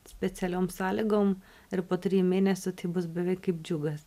specialiom sąlygom ir po trijų mėnesių tai bus beveik kaip džiugas